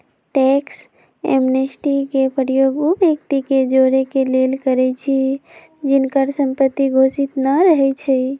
tax amnesty के प्रयोग उ व्यक्ति के जोरेके लेल करइछि जिनकर संपत्ति घोषित न रहै छइ